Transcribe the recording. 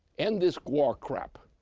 end this war crap!